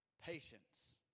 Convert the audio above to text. Patience